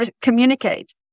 communicate